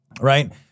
Right